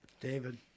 David